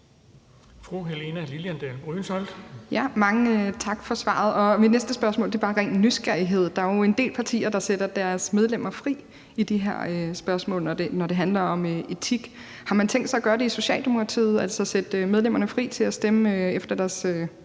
Mange tak for svaret. Mit næste spørgsmål er bare af ren nysgerrighed. Der er jo en del partier, der sætter deres medlemmer fri i de her spørgsmål, når det handler om etik. Har man tænkt sig at gøre det i Socialdemokratiet, altså sætte medlemmerne fri til at stemme efter deres